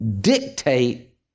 dictate